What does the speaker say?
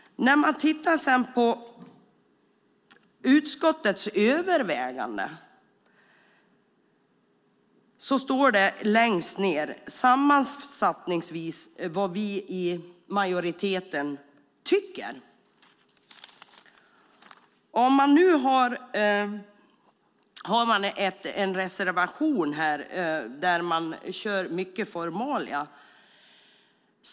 När man tittar på utskottets övervägande ser man att det längst ned, sammanfattningsvis, står vad vi i majoriteten tycker. Sedan finns det en reservation där man kör mycket formalia.